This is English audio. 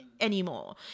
anymore